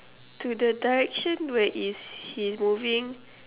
to the direction where he's moving